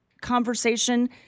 conversation